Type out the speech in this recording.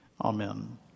Amen